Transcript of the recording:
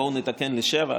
בואו נתקן לשבעה.